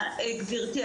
גבירתי,